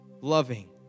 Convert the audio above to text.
loving